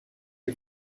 est